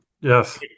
Yes